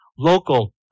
local